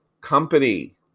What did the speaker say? company